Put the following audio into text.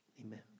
Amen